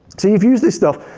so you've used this stuff.